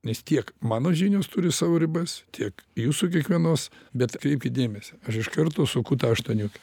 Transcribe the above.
nes tiek mano žinios turi savo ribas tiek jūsų kiekvienos bet atkreipkit dėmesį aš iš karto suku tą aštuoniukę